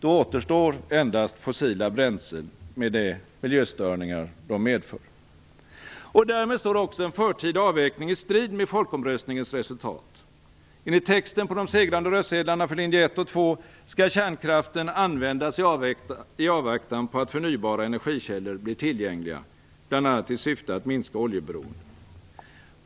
Då återstår endast fossila bränslen med de miljöstörningar de medför. Därmed står också en förtida avveckling i strid med folkomröstningens resultat. Enligt texten på de segrande röstsedlarna för linje 1 och 2 skall kärnkraften användas i avvaktan på att förnybara energikällor blir tillgängliga, bl.a. i syfte att minska oljeberoendet.